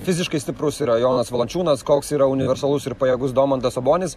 fiziškai stiprus yra jonas valančiūnas koks yra universalus ir pajėgus domantas sabonis